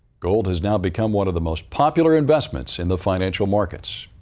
god has now become one of the most popular investments in the financial markets.